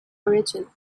origin